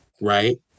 right